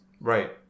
Right